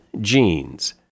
Genes